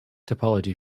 topology